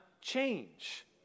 change